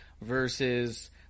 versus